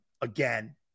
again